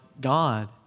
God